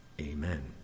Amen